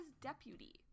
deputy